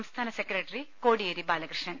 സംസ്ഥാന സെക്രട്ടറി കോടിയേരി ബാലകൃഷ്ണൻ